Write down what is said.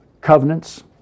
covenants